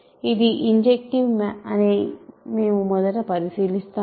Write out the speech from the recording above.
ఇది ఇంజెక్టివ్ అని మేము మొదట పరిశీలిస్తాము